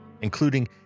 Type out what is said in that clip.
including